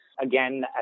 Again